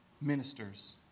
ministers